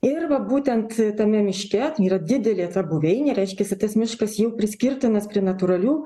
ir va būtent tame miške ten yra didelė ta buveinė reiškiasi tas miškas jau priskirtinas prie natūralių